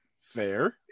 Fair